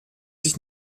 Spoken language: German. sich